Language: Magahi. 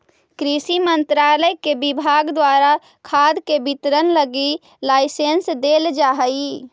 कृषि मंत्रालय के विभाग द्वारा खाद के वितरण लगी लाइसेंस देल जा हइ